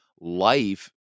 life